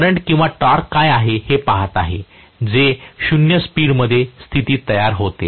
मी current किंवा torque काय आहे हे पहात आहे जे 0 स्पीड मध्ये स्थितीत तयार होते